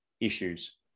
issues